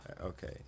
Okay